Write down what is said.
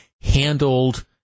handled